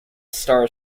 star